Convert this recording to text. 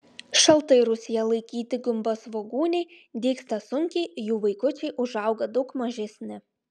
šaltai rūsyje laikyti gumbasvogūniai dygsta sunkiai jų vaikučiai užauga daug mažesni